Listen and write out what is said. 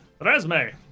Resume